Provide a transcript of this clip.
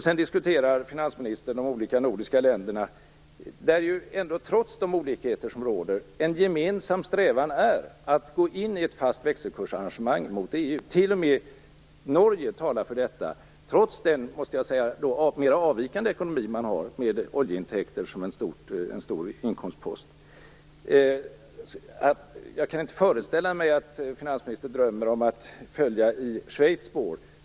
Sedan diskuterar finansministern de olika nordiska länderna. Här finns ändå, trots de olikheter som råder, en gemensam strävan att gå in i ett fast växelkursarrangemang gentemot EU. T.o.m. Norge talar för detta, trots sin mer avvikande ekonomi med oljeintäkter som en stor inkomstpost. Jag kan inte föreställa mig att finansministern drömmer om att följa i Schweiz spår.